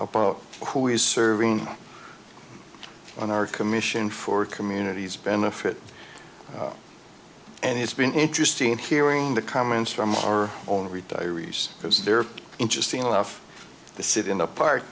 know who is serving on our commission for communities benefit and it's been interesting in hearing the comments from our own retirees because they're interesting enough to sit in the park